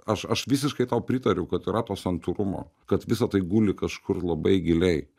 aš aš visiškai tau pritariu kad yra to santūrumo kad visa tai guli kažkur labai giliai